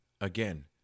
Again